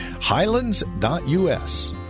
Highlands.us